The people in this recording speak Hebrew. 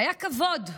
היה כבוד,